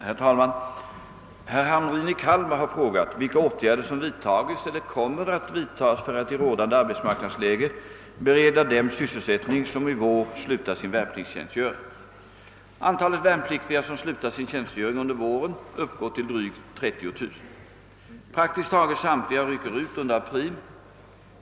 Herr talman! Herr Hamrin i Kalmar har frågat vilka åtgärder som vidtagits eller kommer att vidtas för att i rådande arbetsmarknadsläge bereda dem sysselsättning som i vår slutar sin värnpliktstjänstgöring. Antalet värnpliktiga som slutar sin tjänstgöring under våren uppgår till drygt 30 000. Praktiskt taget samtliga rycker ut under april.